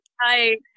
Hi